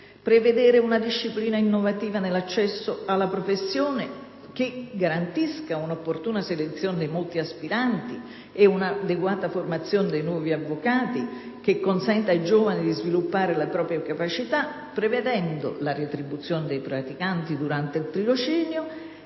prevedere una disciplina innovativa nell'accesso alla professione che garantisca un'opportuna selezione dei molti aspiranti e un'adeguata formazione dei nuovi avvocati che consenta ai giovani di sviluppare le proprie capacità prevedendo la retribuzione dei praticanti durante il tirocinio